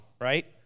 right